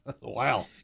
Wow